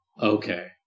Okay